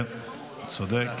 כן, צודק.